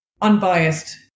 unbiased